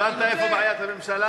הבנת איפה בעיית הממשלה?